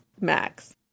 Max